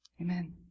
Amen